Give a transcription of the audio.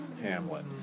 Hamlet